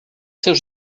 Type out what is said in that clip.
seus